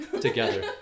together